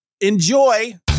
Enjoy